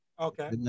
Okay